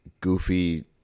goofy